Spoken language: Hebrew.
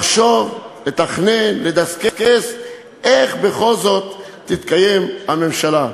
לחשוב, לתכנן, לדסקס איך בכל זאת תתקיים הממשלה.